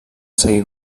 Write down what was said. seguir